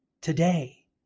Today